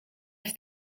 off